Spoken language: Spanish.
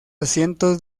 asientos